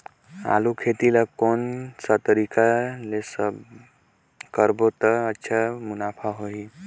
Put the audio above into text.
आलू खेती ला कोन सा तरीका ले करबो त अच्छा मुनाफा होही?